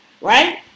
right